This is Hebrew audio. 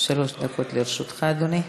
שלוש דקות לרשותך, אדוני.